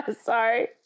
Sorry